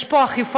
יש פה אכיפה,